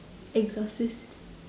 exorcist